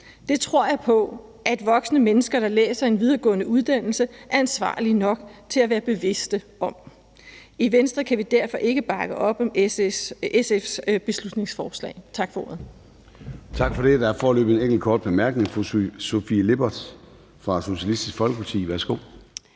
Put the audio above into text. Det tror jeg på at voksne mennesker, der læser en videregående uddannelse, er ansvarlige nok til at være bevidste om. I Venstre kan vi derfor ikke bakke op om SF's beslutningsforslag. Tak for ordet.